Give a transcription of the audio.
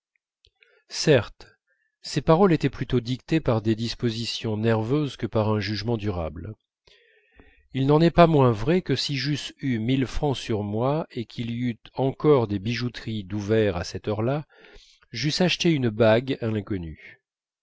certes ces paroles étaient plutôt dictées par des dispositions nerveuses que par un jugement durable il n'en est pas moins vrai que si j'eusse eu mille francs sur moi et qu'il y eût encore des bijoutiers d'ouverts à cette heure-là j'eusse acheté une bague à l'inconnue